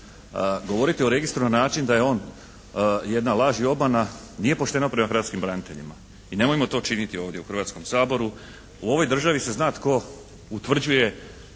Govoriti o Registru na način da je on jedna laži obmana nije pošteno prema hrvatskim braniteljima. I nemojmo to činiti ovdje u Hrvatskom saboru. U ovoj državi se zna tko utvrđuje